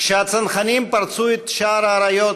כשהצנחנים פרצו את שער האריות,